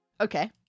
Okay